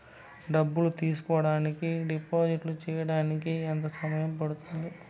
డబ్బులు తీసుకోడానికి డిపాజిట్లు సేయడానికి ఎంత సమయం పడ్తుంది